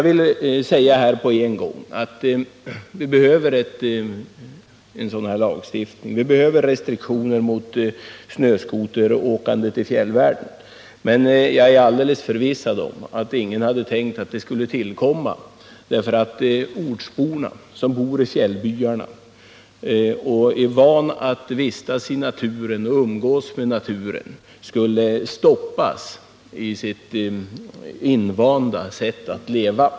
Vi behöver en sådan här lagstiftning, vi behöver restriktioner mot snöskoteråkandet i fjällvärlden, men jag är helt förvissad om att ingen hade tänkt att dessa skulle tillkomma för att ortsborna i fjällbyarna, som är vana att vistas i och umgås med naturen, skulle stoppas i sitt invanda sätt att leva.